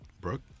Brooke